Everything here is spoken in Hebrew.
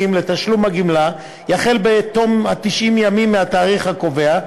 לתשלום הגמלה תחל בתום 90 ימים מהתאריך הקובע,